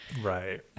Right